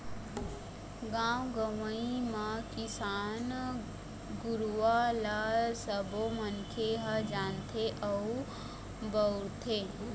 गाँव गंवई म किसान गुरूवा ल सबो मनखे ह जानथे अउ बउरथे